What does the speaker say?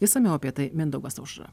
išsamiau apie tai mindaugas aušra